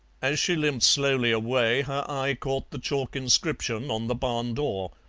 as she limped slowly away her eye caught the chalk inscription on the barn door.